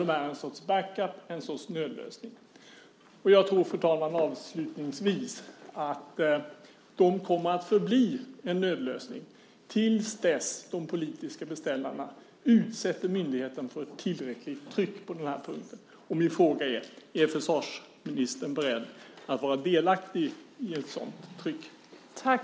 De är någon sorts backup - en nödlösning. Fru talman! De kommer att förbli en nödlösning till dess de politiska beställarna utsätter myndigheten för ett tillräckligt tryck på den punkten. Är försvarsministern beredd att vara delaktig i ett sådant tryck?